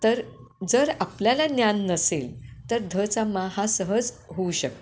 तर जर आपल्याला ज्ञान नसेल तर ध चा मा हा सहज होऊ शकतो